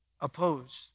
opposed